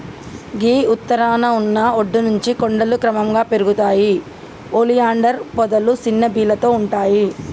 గీ ఉత్తరాన ఉన్న ఒడ్డు నుంచి కొండలు క్రమంగా పెరుగుతాయి ఒలియాండర్ పొదలు సిన్న బీలతో ఉంటాయి